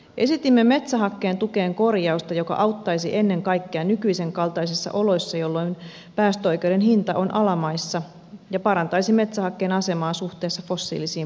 esitimme metsähakkeen tukeen korjausta joka auttaisi ennen kaikkea nykyisen kaltaisissa oloissa jolloin päästöoikeuden hinta on alamaissa ja parantaisi metsähakkeen asemaa suhteessa fossiilisiin polttoaineisiin